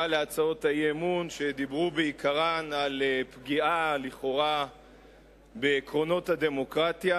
האי-אמון שדיברו בעיקרן על פגיעה לכאורה בעקרונות הדמוקרטיה.